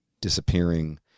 disappearing